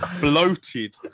bloated